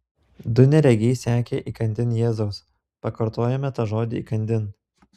du neregiai sekė įkandin jėzaus pakartojame tą žodį įkandin